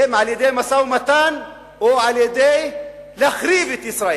האם על-ידי משא-ומתן, או על-ידי להחריב את ישראל?